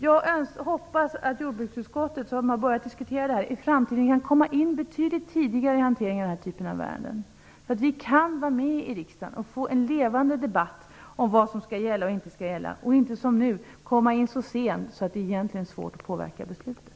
Jag hoppas att jordbruksutskottet, som har börjat diskutera detta, i framtiden kan komma in betydligt tidigare i hanteringen av den här typen av ärenden, så att vi kan vara med i riksdagen och få en levande debatt om vad som skall gälla och inte skall gälla och inte som nu komma in så sent att det egentligen är svårt att påverka beslutet.